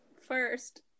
First